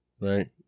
Right